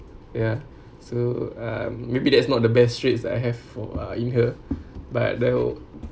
ya so um maybe that's not the best traits I have for eyeing her but there were